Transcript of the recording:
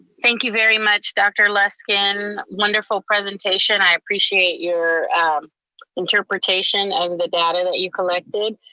thank you very much, dr. luskin, wonderful presentation. i appreciate your um interpretation of the data that you collected.